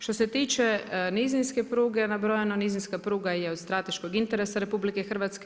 Što se tiče nizinske pruge nabrojano, nizinska pruga je od strateškog interesa RH.